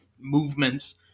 movements